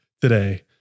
today